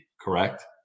Correct